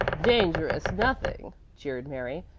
dangerous nothing! jeered mary.